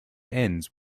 ends